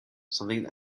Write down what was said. something